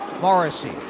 Morrissey